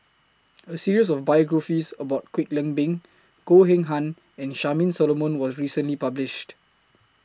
A series of biographies about Kwek Leng Beng Goh Eng Han and Charmaine Solomon was recently published